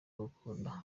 agukunda